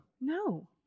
No